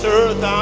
earth